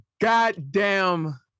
goddamn